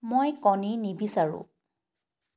মই কণী নিবিচাৰো